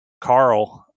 Carl